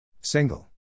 Single